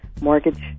mortgage